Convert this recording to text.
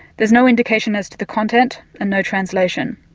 there's no indication as to the content and no translation.